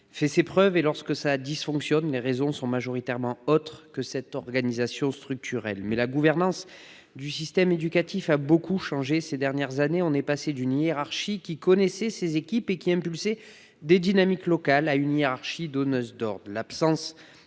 fait ses preuves. Lorsqu'il dysfonctionne, les raisons sont majoritairement étrangères à cette organisation. La gouvernance du système éducatif a beaucoup changé ces dernières années : on est passé d'une hiérarchie qui connaissait ses équipes et impulsait des dynamiques locales à une hiérarchie donneuse d'ordre.